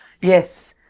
Yes